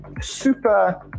super